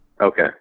okay